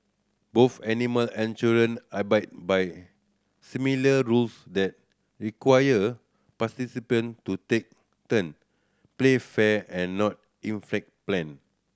both animal and children abide by similar rules that require participant to take turn play fair and not inflict pain